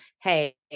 Hey